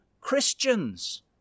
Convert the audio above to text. Christians